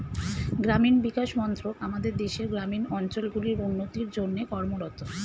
গ্রামীণ বিকাশ মন্ত্রক আমাদের দেশের গ্রামীণ অঞ্চলগুলির উন্নতির জন্যে কর্মরত